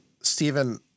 Stephen